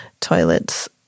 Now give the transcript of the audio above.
toilet's